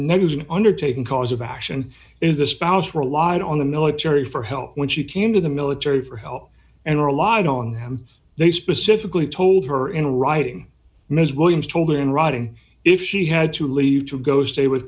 is an undertaking cause of action is the spouse relied on the military for help when she came to the military for help and or a lot on them they specifically told her in writing ms williams told in writing if she had to leave to go stay with